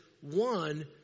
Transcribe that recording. one